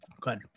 good